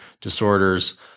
disorders